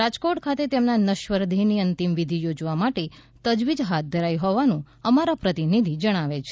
રાજકોટ ખાતે તેમના નશ્વર દેહ ની અંતિમ વિધિ યોજવા માટે તજવીજ હાથ ધરાઇ હોવાનું અમારા પ્રતિનિધિ જણાવે છે